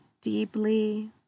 deeply